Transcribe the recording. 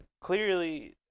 clearly